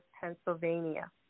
Pennsylvania